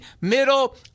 middle